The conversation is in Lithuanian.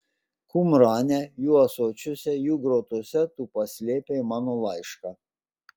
kumrane jų ąsočiuose jų grotose tu paslėpei mano laišką